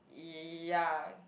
ya